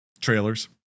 Trailers